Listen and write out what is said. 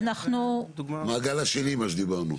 המעגל השני, מה שדיברנו.